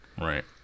right